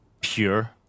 pure